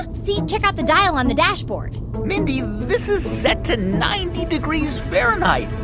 see check out the dial on the dashboard mindy, this is set to ninety degrees fahrenheit